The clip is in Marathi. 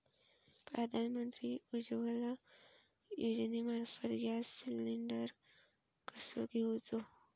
प्रधानमंत्री उज्वला योजनेमार्फत गॅस सिलिंडर कसो घेऊचो?